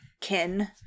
kin